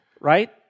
right